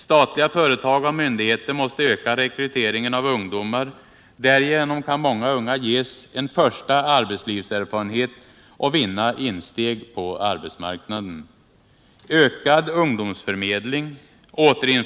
Statliga företag och myndigheter måste öka rekryteringen av ungdomar. Därigenom kan många unga ges cen första arbetslivserfarenhet och vinna insteg på arbetsmarknaden.